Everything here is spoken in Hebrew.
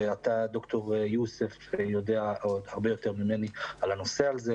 ואתה ד"ר יוסף יודע הרבה יותר ממני על הנושא הזה,